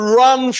run